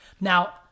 Now